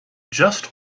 just